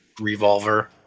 revolver